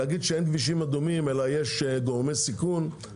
להגיד שאין כבישים אדומים אלא יש גורמי סיכון,